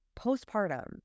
postpartum